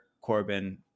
Corbin –